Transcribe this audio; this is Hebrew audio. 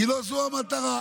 כי לא זו המטרה.